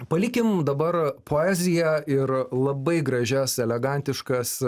palikim dabar poeziją ir labai gražias elegantiškas